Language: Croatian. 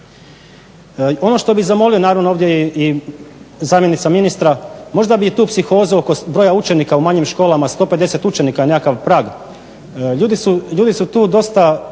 Ono što bih zamolio, naravno ovdje je i zamjenica ministra, možda bih tu psihozu oko broja učenika u manjim školama, 150 učenika je nekakav prag. Ljudi su tu dosta